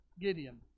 Gideon